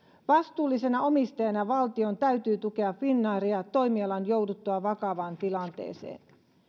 vastuullisena omistajana valtion täytyy tukea finnairia toimialan jouduttua vakavaan tilanteeseen